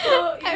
so if